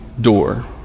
door